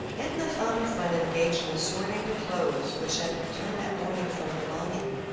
edna found her friend engaged in assorting the clothes which had returned that morning from the laundry.